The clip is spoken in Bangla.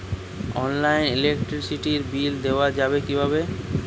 অনলাইনে ইলেকট্রিসিটির বিল দেওয়া যাবে কিভাবে?